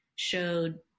showed